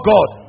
God